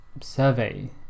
survey